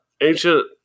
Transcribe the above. ancient